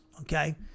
okay